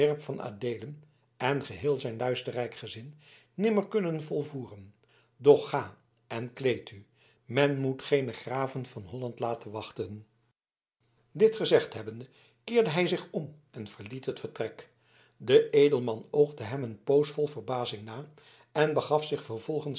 van adeelen en geheel zijn luisterrijk gezin nimmer kunnen volvoeren doch ga en kleed u men moet geene graven van holland laten wachten dit gezegd hebbende keerde hij zich om en verliet het vertrek de edelman oogde hem een poos vol verbazing na en begaf zich vervolgens